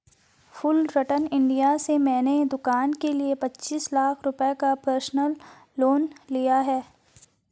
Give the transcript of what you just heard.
Fullerton India से मैंने दूकान के लिए पचीस लाख रुपये का पर्सनल लोन लिया है